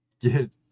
get